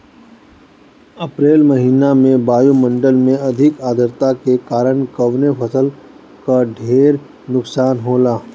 अप्रैल महिना में वायु मंडल में अधिक आद्रता के कारण कवने फसल क ढेर नुकसान होला?